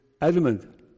adamant